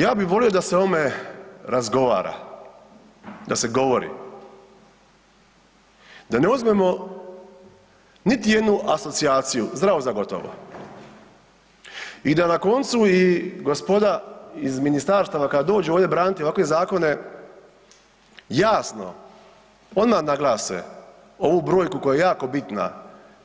Ja bi volio da se o ovome razgovara, da se govori, da ne uzmemo niti jednu asocijaciju zdravo za gotovo i da na koncu i gospoda iz ministarstava kada dođu ovdje braniti ovakve zakone jasno odma naglase ovu brojku koja je jako bitna